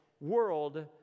world